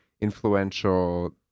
influential